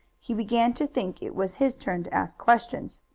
he began to think it was his turn to ask questions.